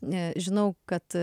žinau kad